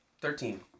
Thirteen